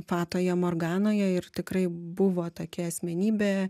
fatoje morganoje ir tikrai buvo tokia asmenybė